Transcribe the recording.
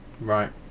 Right